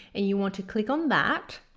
and you want to click on that